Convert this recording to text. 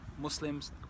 Muslims